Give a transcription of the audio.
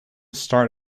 start